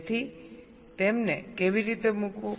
તેથી તેમને કેવી રીતે મૂકવું